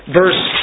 verse